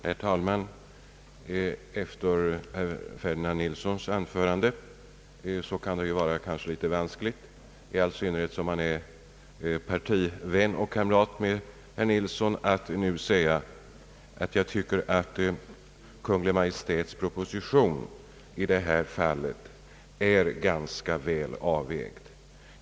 Herr talman! Efter herr Ferdinand Nilssons anförande kan det kanske vara litet vanskligt att säga att jag tycker att Kungl. Maj:ts proposition i det här fallet är ganska väl avvägd.